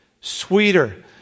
sweeter